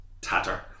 tatter